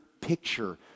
picture